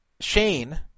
Shane